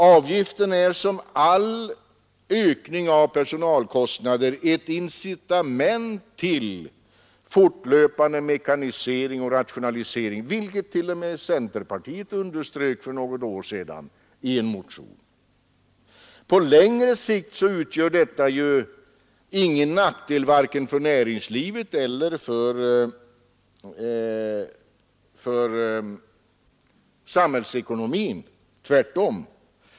Avgiften är som all ökning av personalkostnader ett incitament till fortlöpande mekanisering och rationalisering, vilket t.o.m. centerpartiet underströk för något år sedan i en motion. På längre sikt utgör detta ingen nackdel för vare sig näringlivet eller samhällsekonomin, tvärtom.